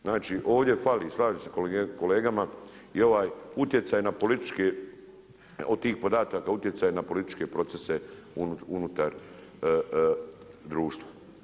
Znači ovdje fali, slažem se sa kolegama i ovaj utjecaj na političke, od tih podataka utjecaj na političke procese unutar društva.